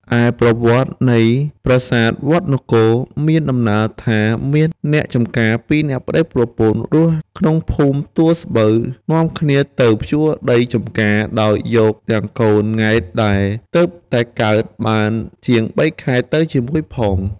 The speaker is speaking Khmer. ឯប្រវត្តិនៃ ប្រាសាទវត្ដនគរ មានដំណាលថា មានអ្នកចម្ការពីរនាក់ប្តីប្រពន្ធ រស់ក្នុងភូមិទួលស្បូវ នាំគ្នាទៅភ្ជួរដីចម្ការ ដោយយកទាំងកូនង៉ែតដែលទើបតែកើតបានជាងបីខែទៅជាមួយផង។